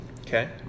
Okay